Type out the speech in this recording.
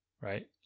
Right